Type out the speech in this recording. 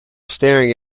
staring